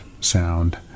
sound